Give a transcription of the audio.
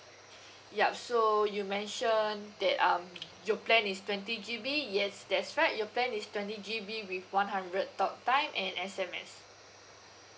ya so you mentioned that um your plan is twenty G_B yes that's right your plan is twenty G_B with one hundred talk time and S_M_S